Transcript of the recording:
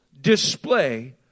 display